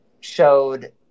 showed